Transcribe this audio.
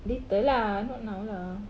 later lah not now lah